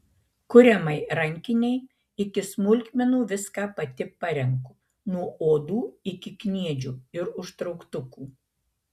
kuriamai rankinei iki smulkmenų viską pati parenku nuo odų iki kniedžių ir užtrauktukų